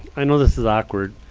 i know this is awkward,